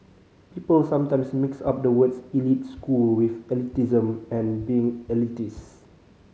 people sometimes mix up the words elite school with elitism and being elitist